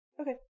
Okay